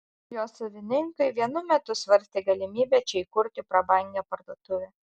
jo savininkai vienu metu svarstė galimybę čia įkurti prabangią parduotuvę